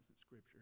scripture